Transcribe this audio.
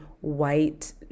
white